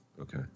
Okay